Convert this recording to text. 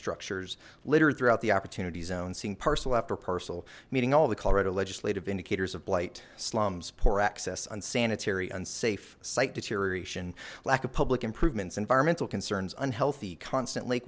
structures littered throughout the opportunity zone seeing parcel after parcel meeting all the colorado legislative indicators of blight slums poor access unsanitary unsafe site deterioration lack of public improvements environmental concerns unhealthy constant